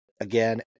again